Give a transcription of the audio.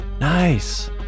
Nice